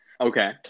Okay